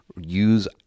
use